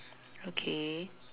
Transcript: okay